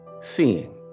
seeing